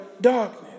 darkness